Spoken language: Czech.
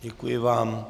Děkuji vám.